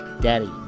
Daddy